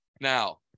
Now